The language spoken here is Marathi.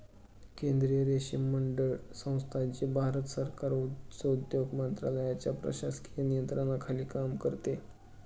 केंद्रीय रेशीम मंडळ संस्था, जी भारत सरकार वस्त्रोद्योग मंत्रालयाच्या प्रशासकीय नियंत्रणाखाली काम करते